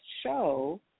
show